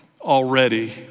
already